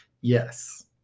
Yes